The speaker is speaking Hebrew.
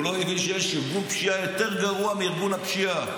והוא לא הבין שיש ארגון פשיעה יותר גרוע מארגון הפשיעה,